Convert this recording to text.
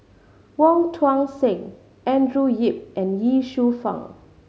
Wong Tuang Seng Andrew Yip and Ye Shufang